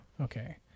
Okay